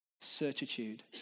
Certitude